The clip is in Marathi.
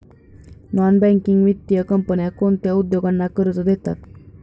नॉन बँकिंग वित्तीय कंपन्या कोणत्या उद्योगांना कर्ज देतात?